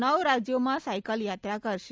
નવ રાજયોમાં સાયકલયાત્રા ફરશે